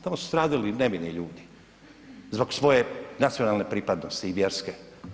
Tamo su stradali nevini ljudi zbog svoje nacionalne pripadnosti i vjerske.